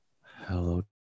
hello